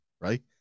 Right